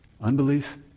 unbelief